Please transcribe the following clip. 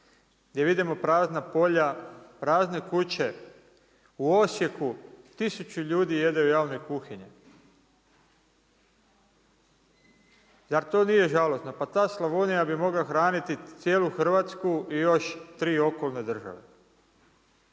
gdje vidimo prazna polja, prazne kuće. U Osijeku 1000 ljudi jedu u javnoj kuhinji. Zar to nije žalosno? Pa ta Slavonija bi mogla hraniti cijelu Hrvatsku i još 3 okolne države.